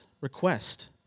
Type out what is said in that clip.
request